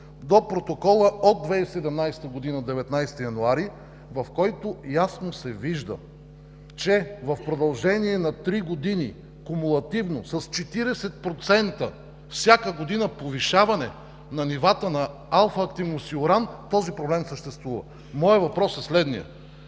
до протокола от 19 януари 2017 г., в който ясно се вижда, че в продължение на три години кумулативно с 40% всяка година има повишаване на нивата на алфа-активност и уран и че този проблем съществува! Моят въпрос е следният: